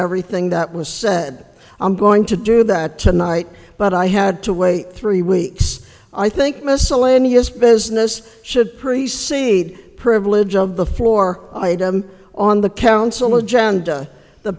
everything that was said i'm going to do that tonight but i had to wait three weeks i think miscellaneous business should priests see the privilege of the floor item on the council agenda the